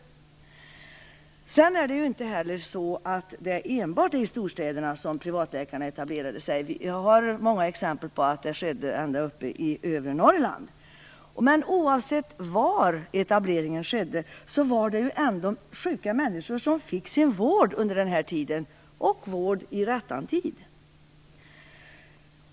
Sedan är det inte heller enbart i storstäderna som privatläkarna har etablerat sig. Jag har många exempel på att det har skett även långt uppe i övre Norrland. Men oavsett var etableringen skedde, var det ju ändå sjuka människor som fick sin vård under denna tid - vård i rättan tid.